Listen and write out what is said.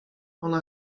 ona